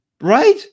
right